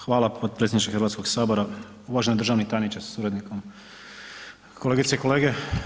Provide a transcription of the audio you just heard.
Hvala potpredsjedniče Hrvatskoga sabora, uvaženi državni tajniče sa suradnikom, kolegice i kolege.